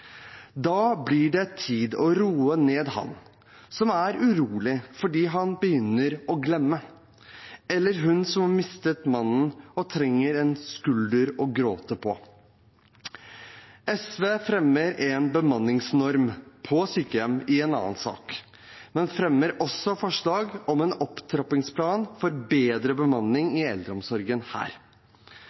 Da blir det tid til å roe ned han som er urolig fordi han begynner å glemme, eller hun som har mistet mannen og trenger en skulder å gråte på. SV fremmer i en annen sak forslag om en bemanningsnorm på sykehjem, men sammen med Arbeiderpartiet og Senterpartiet fremmer vi her også forslag om en opptrappingsplan for bedre bemanning